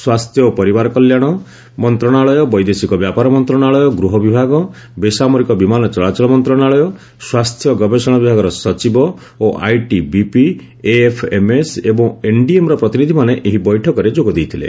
ସ୍ୱାସ୍ଥ୍ୟ ଓ ପରିବାର କଲ୍ୟାଣ ମନ୍ତ୍ରଶାଳୟ ବୈଦେଶିକ ବ୍ୟାପାର ମନ୍ତ୍ରଣାଳୟ ଗୃହ ବିଭାଗ ବେସାମରିକ ବିମାନ ଚଳାଚଳ ମନ୍ତ୍ରଣାଳୟ ସ୍ୱାସ୍ଥ୍ୟ ଗବେଷଣା ବିଭାଗର ସଚିବ ଓ ଆଇଟିବିପି ଏଏଫ୍ଏମଏସ୍ ଏବଂ ଏନ୍ଡିଏମ୍ର ପ୍ରତିନିଧିମାନେ ଏହି ବୈଠକରେ ଯୋଗ ଦେଇଥିଲେ